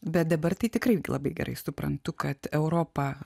bet dabar tai tikrai labai gerai suprantu kad europa